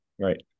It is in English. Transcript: Right